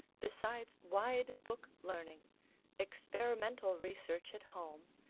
besides wide book-learning, experimental research at home,